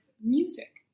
music